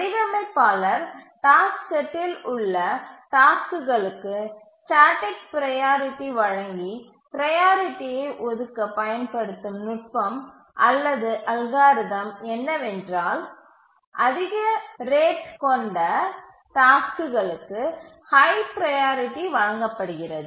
வடிவமைப்பாளர் டாஸ்க் செட்டில் உள்ள டாஸ்க்குகளுக்கு ஸ்டேட்டிக் ப்ரையாரிட்டி வழங்கி ப்ரையாரிட்டியை ஒதுக்க பயன்படுத்தும் நுட்பம் அல்லது அல்காரிதம் என்னவென்றால் அதிக ரேட்த்தைக் கொண்ட டாஸ்க்குகளுக்கு ஹை ப்ரையாரிட்டி வழங்கப்படுகிறது